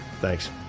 Thanks